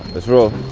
let's roll.